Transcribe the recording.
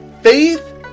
faith